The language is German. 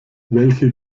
welche